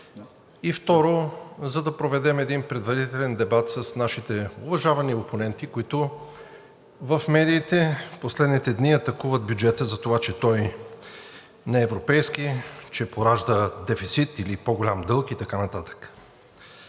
и, второ, за да проведем един предварителен дебат с нашите уважавани опоненти, които в медиите последните дни атакуват бюджета, затова че той не е европейски, че поражда дефицит или по-голям дълг и така нататък.